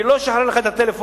אני לא אשחרר לך את הטלפון,